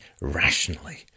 rationally